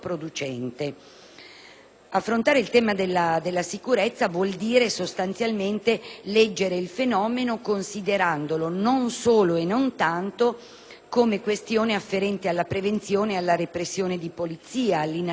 Affrontare il tema della sicurezza vuol dire sostanzialmente leggere il fenomeno non solo e non tanto come questione afferente alla prevenzione e alla repressione di polizia, all'inasprimento di pena